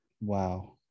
Wow